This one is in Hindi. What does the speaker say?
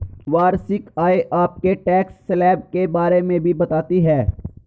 वार्षिक आय आपके टैक्स स्लैब के बारे में भी बताती है